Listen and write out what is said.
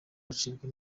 bacibwa